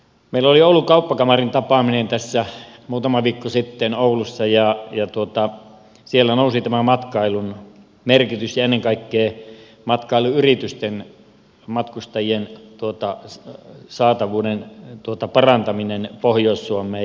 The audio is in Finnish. meillä oli oulun kauppakamarin tapaaminen tässä muutama viikko sitten oulussa ja siellä nousi tämä matkailun merkitys ja ennen kaikkea matkailuyritysten matkustajien saatavuuden parantaminen pohjois suomeen